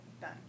done